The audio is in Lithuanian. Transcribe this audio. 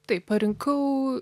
taip parinkau